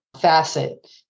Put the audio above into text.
facet